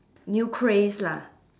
new craze lah